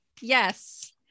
Yes